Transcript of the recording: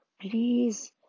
please